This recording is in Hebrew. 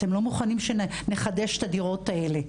אתם לא מוכנים שנחדש את הדירות האלו.